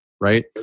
right